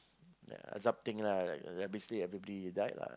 yeah azab thing lah like like basically everybody died lah